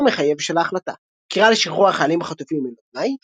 הלא מחייב של ההחלטה קריאה לשחרור החיילים החטופים ללא תנאי